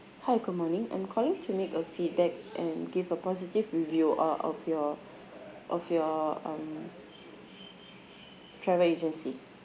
hi good morning I'm calling to make a feedback and give a positive review uh of your of your um travel agency